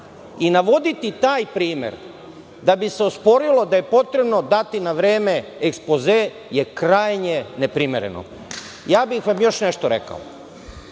Navoditi taj primer da bi se osporilo da je potrebno dati na vreme ekspoze je krajnje neprimereno. Još nešto bih